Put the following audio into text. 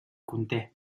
conté